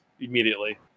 immediately